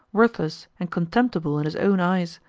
worthless and contemptible in his own eyes,